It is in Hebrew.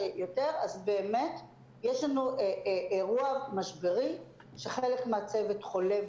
באמת יש לנו אירוע משברי כשחלק מהצוות חולה